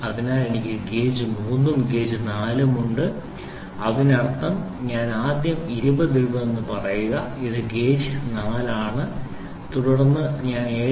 അതിനാൽ എനിക്ക് ഗേജ് 3 ഉം ഗേജ് 4 ഉം ഉണ്ട് അതിനർത്ഥം ഞാൻ ആദ്യം 20 ഇടുമെന്ന് പറയുക ഇത് ഗേജ് 4 ആണ് തുടർന്ന് ഞാൻ 7